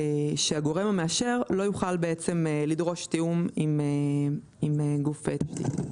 שהגורם המאשר לא יוכל בעצם לדרוש תיאום עם גוף תשתית.